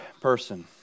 person